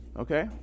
Okay